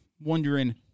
wondering